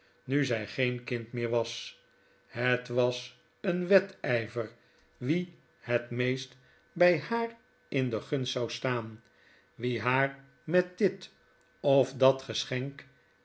nu zy geen kinc meer was het was een wedy ver wie net meest by haar in gunst zou staan wie haar met dit of dat geschenk